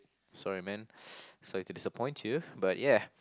sorry man sorry to disappoint you but yeah